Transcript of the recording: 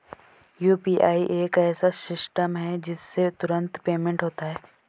UPI एक ऐसा system है जिससे तुरंत पेमेंट होता है